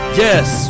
yes